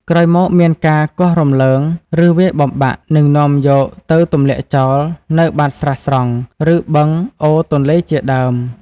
ក្រោយមកមានការគាស់រំលើង ឬវាយបំបាក់ និងនាំយកទៅទម្លាក់ចោលនៅបាតស្រះស្រង់ ឬបឹង អូរទន្លេជាដើម។